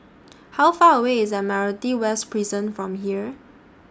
How Far away IS Admiralty West Prison from here